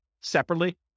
separately